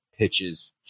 Pitches